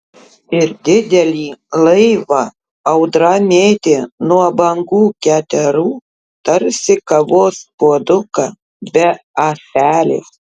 ir didelį laivą audra mėtė nuo bangų keterų tarsi kavos puoduką be ąselės